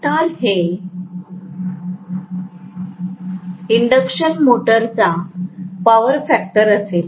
तर हे इंडक्शन मोटरचा पॉवर फॅक्टर असेल